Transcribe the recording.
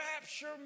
rapture